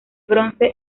bronce